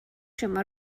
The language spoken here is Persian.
شما